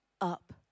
up